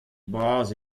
bras